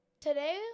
Today